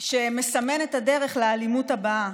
שמסמן את הדרך לאלימות הבאה.